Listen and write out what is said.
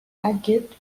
argued